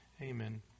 Amen